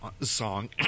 song